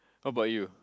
how about you